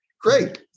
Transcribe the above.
Great